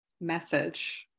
message